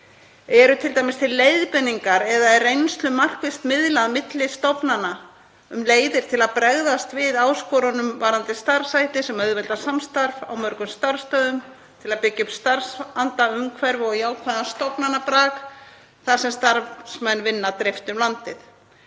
Eru t.d. til leiðbeiningar eða er reynslu markvisst miðlað á milli stofnana um leiðir til að bregðast við áskorunum varðandi starfshætti sem auðvelda samstarf á mörgum starfsstöðvum til að byggja upp starfsanda, starfsumhverfi og jákvæðan stofnanabrag þar sem starfsmenn vinna dreift um landið?